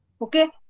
Okay